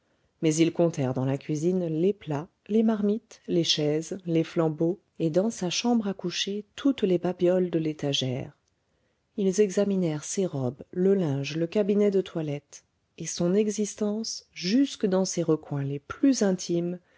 mais ils comptèrent dans la cuisine les plats les marmites les chaises les flambeaux et dans sa chambre à coucher toutes les babioles de l'étagère ils examinèrent ses robes le linge le cabinet de toilette et son existence jusque dans ses recoins les plus intimes